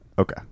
Okay